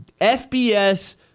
FBS